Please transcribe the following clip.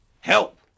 help